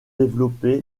développé